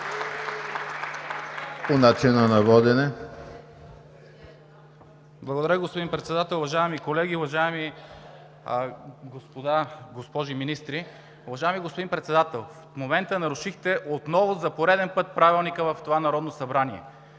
Благодаря, господин Председател. Уважаеми колеги, уважаеми госпожи министри! Уважаеми господин Председател, в момента нарушихте отново за пореден път Правилника в това Народно събрание.